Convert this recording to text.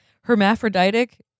Hermaphroditic